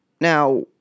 Now